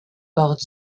porte